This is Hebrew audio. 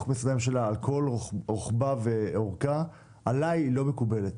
משרדי הממשלה על כל רוחבה ואורכה - עלי לא מקובלת.